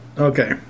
Okay